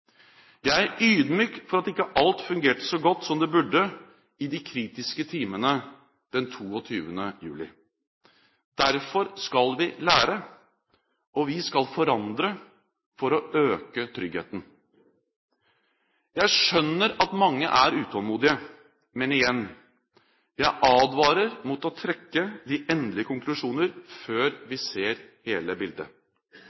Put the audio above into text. Jeg er ydmyk for at ikke alt fungerte så godt som det burde i de kritiske timene den 22. juli. Derfor skal vi lære, og vi skal forandre for å øke tryggheten. Jeg skjønner at mange er utålmodige, men igjen: Jeg advarer mot å trekke de endelige konklusjoner før